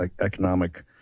economic